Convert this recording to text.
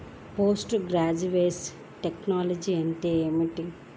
Post harvest technology అంటే ఏమిటి?